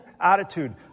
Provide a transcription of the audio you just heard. attitude